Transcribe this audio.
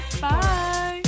bye